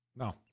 No